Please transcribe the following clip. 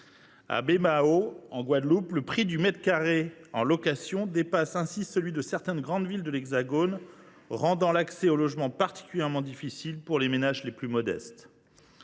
Mahault, en Guadeloupe, le prix du mètre carré en location dépasse ainsi celui de certaines grandes villes de l’Hexagone, ce qui rend l’accès au logement particulièrement difficile pour les ménages les plus modestes.